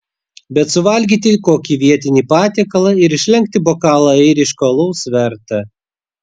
bet suvalgyti kokį vietinį patiekalą ir išlenkti bokalą airiško alaus verta